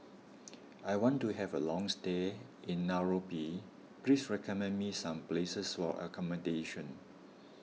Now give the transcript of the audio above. I want to have a long stay in Nairobi please recommend me some places for accommodation